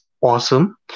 awesome